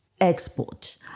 export